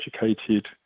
educated